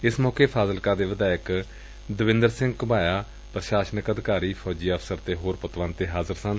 ਏਸ ਮੌਕੇ ਫਾਜ਼ਿਲਕਾ ਦੇ ਵਿਧਾੌਇਕ ਦਵਿਦਰ ਸਿਘ ਘੁਬਾਇਆ ਪੁਸਾਸਨਕ ਅਧਿਕਾਰੀ ਫੌਜੀ ਅਫਸਰ ਅਤੇ ਹੋਰ ਪਤਵੰਤੇ ਹਾਜ਼ਰ ਸਨ